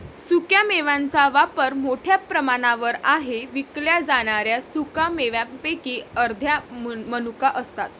सुक्या मेव्यांचा वापर मोठ्या प्रमाणावर आहे विकल्या जाणाऱ्या सुका मेव्यांपैकी अर्ध्या मनुका असतात